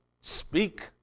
speak